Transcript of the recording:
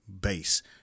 Base